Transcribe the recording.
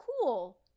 cool